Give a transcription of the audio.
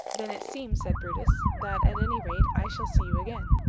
then, it seems, said brutus, that, at any rate, i shall see you again.